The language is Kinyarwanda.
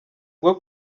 bwo